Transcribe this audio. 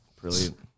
Brilliant